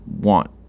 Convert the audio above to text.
want